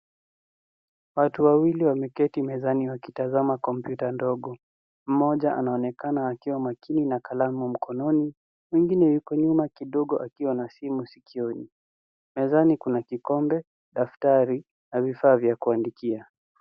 Watu wawili wameketi mezani wakitazama kompyuta ndogo, mmoja anaonekana akiwa makini na kalamu wa mkononi, mwingine yuko nyuma kidogo akiwa na simu sikioni mezani kuna kikombe ,daftari na vifaa vya kuandikia.